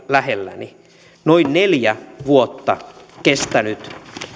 lähelläni noin neljä vuotta kestänyt